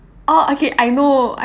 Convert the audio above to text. oh okay I know